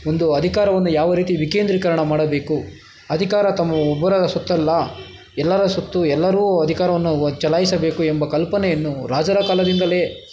ಒಂದು ಅಧಿಕಾರವನ್ನು ಯಾವ ರೀತಿ ವಿಕೇಂದ್ರೀಕರಣ ಮಾಡಬೇಕು ಅಧಿಕಾರ ತಮ್ಮ ಒಬ್ಬರ ಸೊತ್ತಲ್ಲ ಎಲ್ಲರ ಸೊತ್ತು ಎಲ್ಲರೂ ಅಧಿಕಾರವನ್ನು ವ ಚಲಾಯಿಸಬೇಕು ಎಂಬ ಕಲ್ಪನೆಯನ್ನು ರಾಜರ ಕಾಲದಿಂದಲೇ